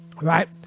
right